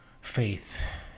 faith